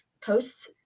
posts